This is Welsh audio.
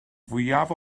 fwyaf